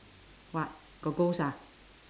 what got ghost ah